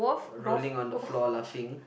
rolling on the floor laughing